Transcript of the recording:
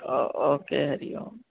ओ okay Hari Om